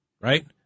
right